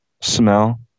smell